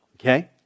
Okay